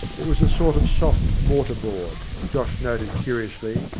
it was a sort of soft mortarboard, josh noted curiously,